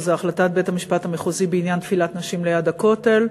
שזה החלטת בית-המשפט המחוזי בעניין תפילת נשים ליד הכותל.